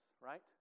right